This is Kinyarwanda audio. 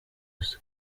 just